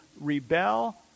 rebel